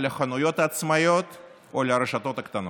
על החנויות העצמאיות ועל הרשתות הקטנות.